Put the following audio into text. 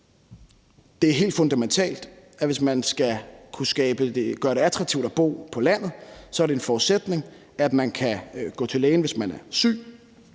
er det helt fundamentalt, at hvis vi skal kunne gøre det attraktivt at bo på landet, er det en forudsætning, at man kan gå til lægen, hvis man er syg,